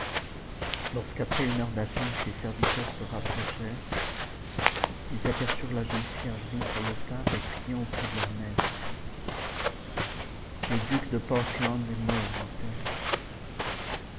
lorsque après une heure d'attente les serviteurs se rapprochèrent ils aperçurent la jeune fille à genoux sur le sable et priant auprès de leur maître le duc de portland est mort dit-elle